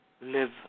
live